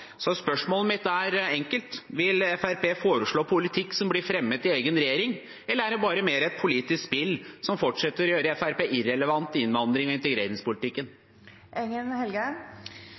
Så spørsmålet mitt er enkelt: Vil Fremskrittspartiet foreslå politikk som blir fremmet i egen regjering, eller er det mer et politisk spill som fortsetter å gjøre Fremskrittspartiet irrelevant i innvandrings- og